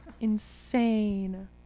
insane